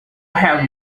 have